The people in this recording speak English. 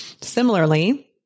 Similarly